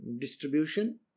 Distribution